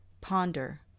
ponder